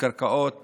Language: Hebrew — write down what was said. בקרקעות